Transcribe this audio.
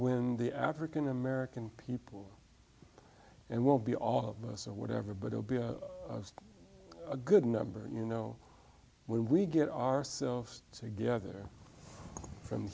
when the african american people and will be all of us or whatever but it'll be a good number you know when we get ourselves together from